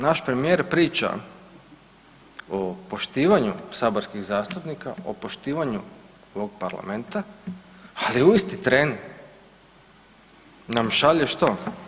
Naš premijer priča o poštivanju saborskih zastupnika, o poštivanju Parlamenta, ali u isti tren nam šalje, što?